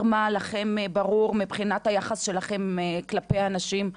מה לכם ברור מבחינת היחס שלכם כלפי האנשים,